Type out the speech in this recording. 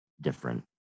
different